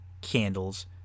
Candles